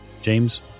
James